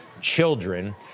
children